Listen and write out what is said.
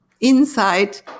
Inside